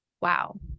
wow